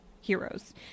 heroes